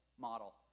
model